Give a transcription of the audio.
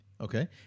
Okay